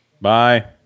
Bye